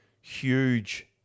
huge